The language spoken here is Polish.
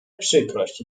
przykrość